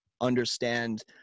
understand